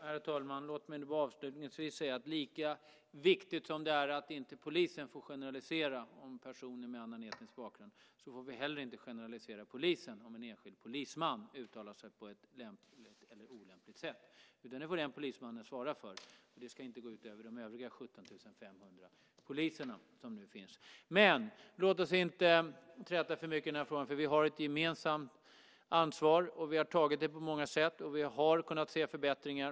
Herr talman! Låt mig avslutningsvis säga att lika viktigt som det är att polisen inte får generalisera när det gäller personer med annan etnisk bakgrund är det att man inte heller får generalisera polisen om en enskild polisman uttalar sig på ett lämpligt eller olämpligt sätt, utan det får den polismannen svara för. Det ska inte gå ut över de övriga 17 500 poliser som nu finns. Men låt oss inte träta för mycket i den här frågan eftersom vi har ett gemensamt ansvar. Vi har tagit det på många sätt. Och vi har kunnat se förbättringar.